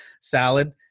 salad